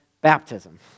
baptism